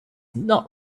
not